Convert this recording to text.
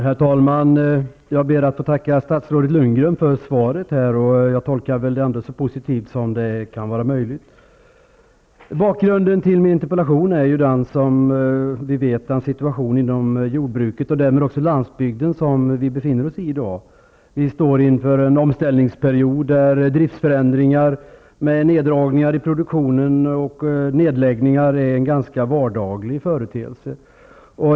Herr talman! Jag ber att få tacka statsrådet Lundgren för svaret, och jag tolkar det så positivt som möjligt. Bakgrunden till min interpellation är den situation som vi i dag har inom jordbruket och därmed också på landsbygden. Vi står inför en omställningsperiod där driftsförändringar med neddragningar i produktionen och nedläggningar är en ganska vardaglig företeelse.